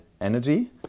Energy